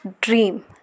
dream